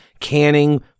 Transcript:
canning